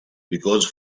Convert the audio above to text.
because